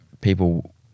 people